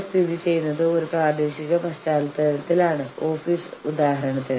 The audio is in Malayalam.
ഏതുതരം തന്ത്രമാണ് നിങ്ങൾ ഉപയോഗിക്കുന്നത്